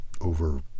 over